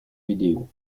vidéo